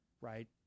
right